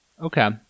Okay